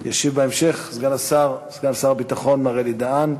מס' 3177. ישיב בהמשך סגן שר הביטחון מר אלי דהן.